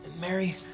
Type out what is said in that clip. Mary